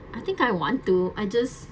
I think I want to I just